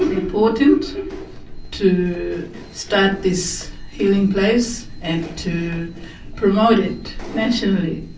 important to start this healing place and to promote it nationally.